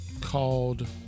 called